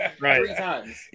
Right